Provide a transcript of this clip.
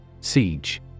Siege